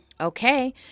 Okay